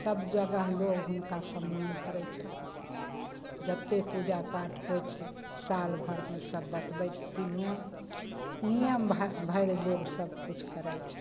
सब जगह लोग हुनका सम्मान करय छनि जते पूजा पाठ होइ छै सालभरिमे सब बतबय छथिन नियम नियम भरि लोक सबकिछु करय छै